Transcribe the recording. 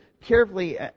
carefully